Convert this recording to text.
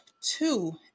two